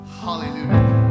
hallelujah